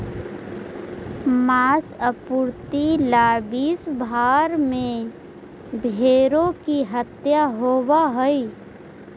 माँस आपूर्ति ला विश्व भर में भेंड़ों की हत्या होवअ हई